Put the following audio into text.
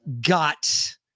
got